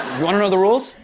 you want to know the rules?